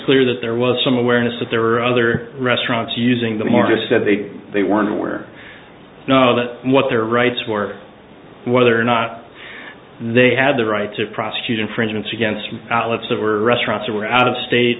clear that there was some awareness that there were other restaurants using them or just that they they weren't aware know that what their rights were whether or not they had the right to prosecute infringements against outlets that were restaurants or out of state